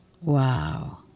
Wow